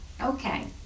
okay